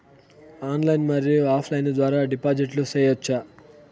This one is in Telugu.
ఆన్లైన్ మరియు ఆఫ్ లైను ద్వారా డిపాజిట్లు సేయొచ్చా?